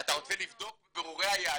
אתה רוצה לבדוק בבירורי היהדות,